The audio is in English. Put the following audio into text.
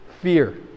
fear